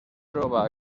troba